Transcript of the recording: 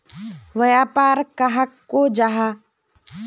व्यापार कहाक को जाहा?